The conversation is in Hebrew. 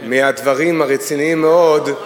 מהדברים הרציניים מאוד,